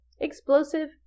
explosive